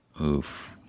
Oof